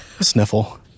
sniffle